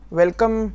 welcome